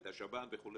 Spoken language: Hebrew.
את השב"ן וכו'?